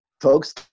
folks